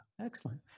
Excellent